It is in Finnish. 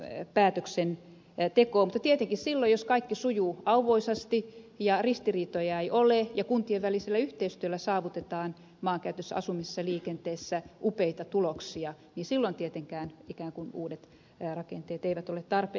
mutta eivät tietenkään silloin jos kaikki sujuu auvoisasti ja ristiriitoja ei ole ja kuntien välisellä yhteistyöllä saavutetaan maankäytössä asumisessa ja liikenteessä upeita tuloksia ikään kuin uudet rakenteet ole tarpeen